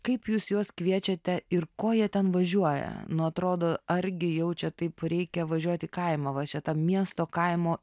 kaip jūs juos kviečiate ir ko jie ten važiuoja nu atrodo argi jau čia taip reikia važiuot į kaimą va čia ta miesto kaimo